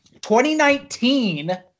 2019